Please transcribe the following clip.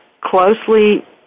closely